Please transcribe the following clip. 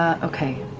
ah okay.